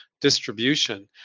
distribution